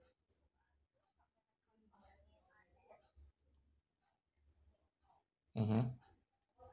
mmhmm